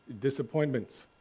disappointments